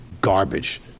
garbage